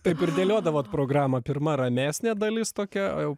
taip ir dėliodavot programą pirma ramesnė dalis tokia o jau